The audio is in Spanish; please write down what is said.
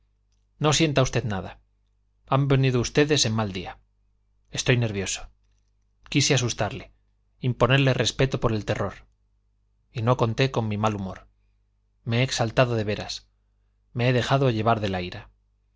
no sienta usted nada han venido ustedes en mal día estoy nervioso quise asustarle imponerle respeto por el terror y no conté con mi mal humor me he exaltado de veras me he dejado llevar de la ira